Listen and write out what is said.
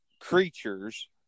creatures